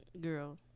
girl